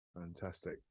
fantastic